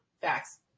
Facts